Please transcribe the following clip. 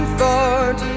thought